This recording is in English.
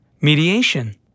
mediation